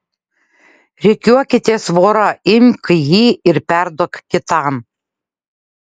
rikiuokitės vora imk jį ir perduok kitam